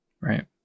right